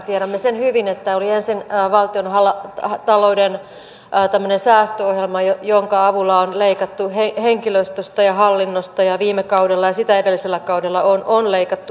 tiedämme sen hyvin että oli ensin tämmöinen valtiontalouden säästöohjelma jonka avulla on leikattu henkilöstöstä ja hallinnosta ja viime kaudella ja sitä edellisellä kaudella on leikattu yliopistoilta